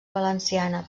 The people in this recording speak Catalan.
valenciana